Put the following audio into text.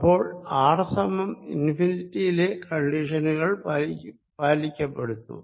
അപ്പോൾ ആർ സമം ഇൻഫിനിറ്റിയിലെ കണ്ടിഷനുകൾ പാലിക്കപ്പെടുന്നു